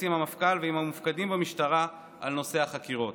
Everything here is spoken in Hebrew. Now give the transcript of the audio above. עם המפכ"ל ועם המופקדים במשטרה על נושא החקירות.